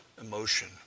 emotion